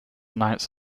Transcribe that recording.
announced